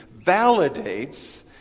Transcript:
validates